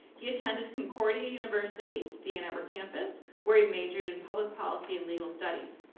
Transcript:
he attended concordia university, the ann arbor campus, where he majored in public policy and legal studies.